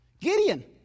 Gideon